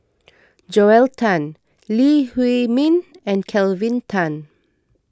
Joel Tan Lee Huei Min and Kelvin Tan